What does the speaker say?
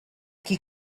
qui